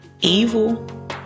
evil